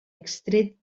extret